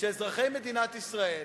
שאזרחי מדינת ישראל,